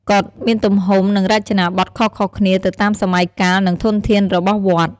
កុដិមានទំហំ និងរចនាបថខុសៗគ្នាទៅតាមសម័យកាល និងធនធានរបស់វត្ត។